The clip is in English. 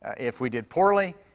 if we did poorly,